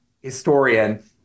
historian